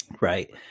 right